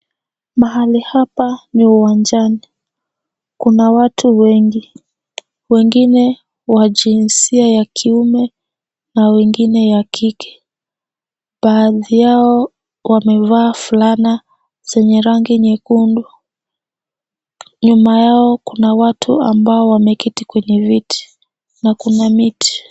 Mahali hapa ni uwanjani. Kuna watu wengi. Wengine wa jinsia ya kiume na wengine ya kike. Baadhi yao wamevaa fulana zenye rangi nyekundu. Nyuma yao kuna watu ambao wameketi kwenye viti na kuna miti.